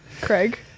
Craig